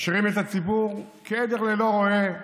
משאירים את הציבור כעדר ללא רועה.